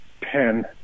pen